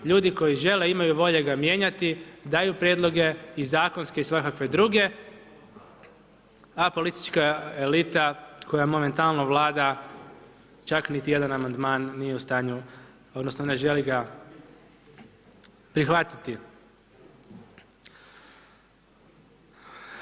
Ljudi koji žele, imaju volje ga mijenjati, daju prijedloge i zakonske i svakakve druge a politička elita koja momentalno vlada čak niti jedan amandman nije u stanju odnosno ne želi ga prihvatiti.